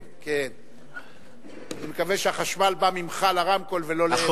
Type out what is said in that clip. אני מקווה שהחשמל בא ממך לרמקול ולא להיפך.